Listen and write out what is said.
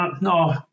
No